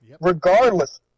regardless